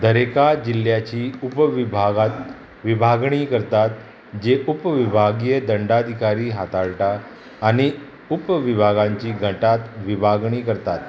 दरेका जिल्ल्याची उपविभागांत विभागणी करतात जे उपविभागीय दंडाधिकारी हाताळटा आनी उपविभागांची गटांत विभागणी करतात